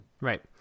Right